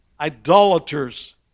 idolaters